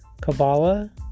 Kabbalah